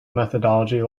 methodology